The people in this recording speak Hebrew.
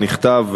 נכתב: